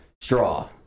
straw